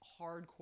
hardcore